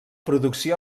producció